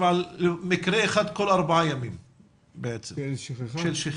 על מקרה אחד כל ארבעה ימים של שכחה.